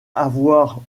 avoir